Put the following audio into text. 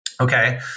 Okay